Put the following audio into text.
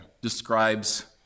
describes